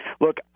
look